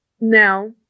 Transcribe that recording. now